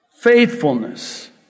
faithfulness